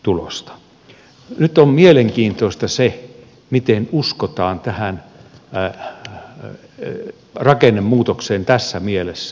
nyt on mielenkiintoista se miten uskotaan tähän rakennemuutokseen tässä mielessä